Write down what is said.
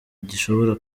gishobora